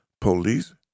Police